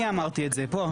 אני אמרתי את זה פה.